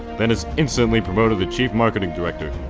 then is instantly promoted to chief marketing director.